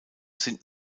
sind